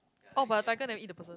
oh but the tiger never eat the person